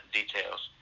details